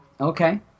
Okay